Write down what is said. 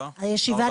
הישיבה